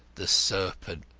the serpent,